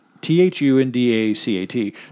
T-H-U-N-D-A-C-A-T